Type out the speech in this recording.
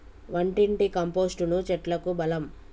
వంటింటి కంపోస్టును చెట్లకు బలం